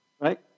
Right